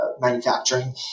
manufacturing